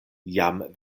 jam